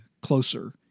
closer